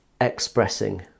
expressing